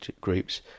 groups